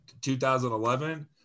2011